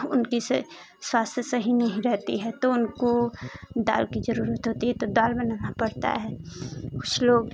उनकी से स्य स्वास्थ्य सही नहीं रहती है तो उनको दाल की जरूरत होती है तो दाल बनाना पड़ता है तो कुछ लोग